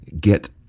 get